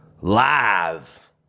Live